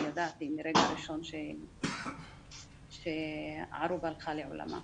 וידעתי מהרגע הראשון שערוב הלכה לעולמה.